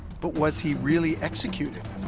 but was he really executed